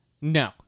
No